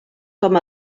com